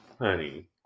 honey